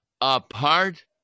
apart